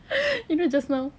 you know just now